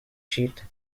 sheet